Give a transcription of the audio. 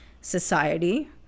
society